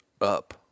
up